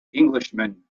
englishman